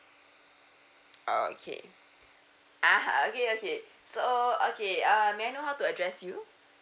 okay ah okay okay so uh okay uh may I know how to address you